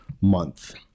month